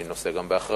אני נושא גם באחריות,